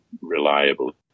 reliable